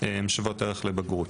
הן שוות ערך לבגרות,